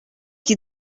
qui